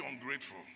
ungrateful